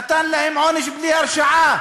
נתן להם עונש בלי הרשעה.